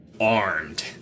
armed